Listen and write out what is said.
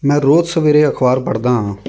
ਮੈਂ ਰੋਜ਼ ਸਵੇਰੇ ਅਖ਼ਬਾਰ ਪੜ੍ਹਦਾ ਹਾਂ